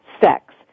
Sex